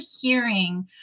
hearing